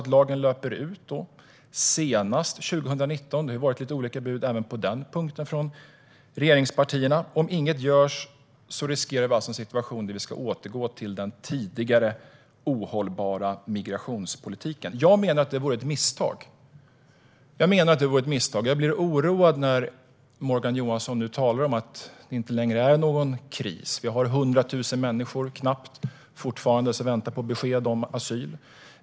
Lagen löper ut senast 2019 - det har varit lite olika bud även på den punkten från regeringspartierna. Om inget görs riskerar vi alltså en situation där vi ska återgå till den tidigare ohållbara migrationspolitiken. Jag menar att det vore ett misstag. Jag blir oroad när Morgan Johansson nu talar om att det inte längre är någon kris. Vi har fortfarande 100 000 människor som väntar på besked om asyl.